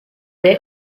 they